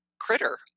critter